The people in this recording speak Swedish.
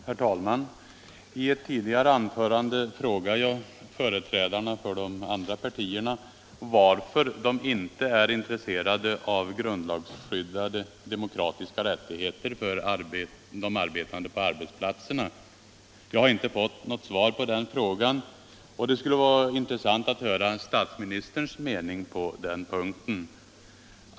Herr talman! I ett tidigare anförande frågade jag företrädarna för de andra partierna varför de inte är intresserade av grundlagsskyddade demokratiska rättigheter för de arbetande på arbetsplatserna. Jag har inte 153 fått något svar på den frågan, och det skulle vara intressant att höra statsministerns mening på den punkten.